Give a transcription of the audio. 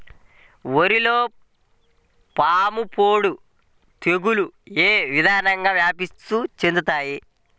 వరిలో పాముపొడ తెగులు ఏ విధంగా వ్యాప్తి చెందుతాయి?